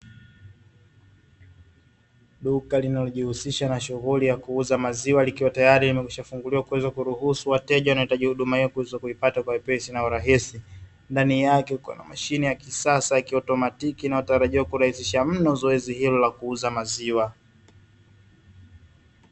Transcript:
Duka linalojihusisha na shughuli ya kuuza maziwa, likiwa tayari limekwishafunguliwa, kuweza kuruhusu wateja wanaohitaji huduma hio, kuweza kuipata kwa wepesi na urahisi, ndani yake kuna mashine ya kisasa na kiautomatiki, inayotarajiwa kurahisisha mno zoezi hilo la kuuza maziwa.